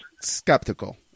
skeptical